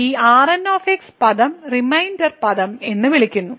ഈ Rn പദം remainder പദം എന്ന് വിളിക്കുന്നു